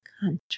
country